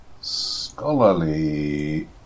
scholarly